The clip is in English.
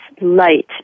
light